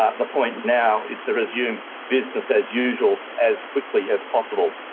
ah the point now is to resume business as usual as quickly as possible.